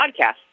podcast